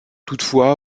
toutefois